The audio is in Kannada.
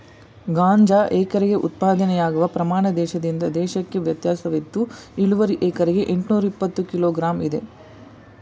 ಗಾಂಜಾ ಎಕರೆಗೆ ಉತ್ಪಾದನೆಯಾಗುವ ಪ್ರಮಾಣ ದೇಶದಿಂದ ದೇಶಕ್ಕೆ ವ್ಯತ್ಯಾಸವಿದ್ದು ಇಳುವರಿ ಎಕರೆಗೆ ಎಂಟ್ನೂರಇಪ್ಪತ್ತು ಕಿಲೋ ಗ್ರಾಂ ಇದೆ